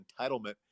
entitlement